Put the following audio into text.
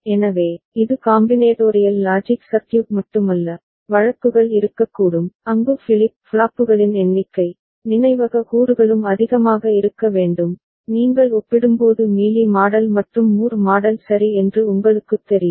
எனவே இது combinatorial logic circuit மட்டுமல்ல வழக்குகள் இருக்கக்கூடும் அங்கு ஃபிளிப் ஃப்ளாப்புகளின் எண்ணிக்கை நினைவக கூறுகளும் அதிகமாக இருக்க வேண்டும் நீங்கள் ஒப்பிடும்போது மீலி மாடல் மற்றும் மூர் மாடல் சரி என்று உங்களுக்குத் தெரியும்